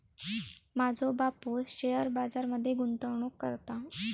माझो बापूस शेअर बाजार मध्ये गुंतवणूक करता